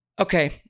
Okay